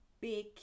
big